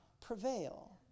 prevail